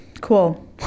cool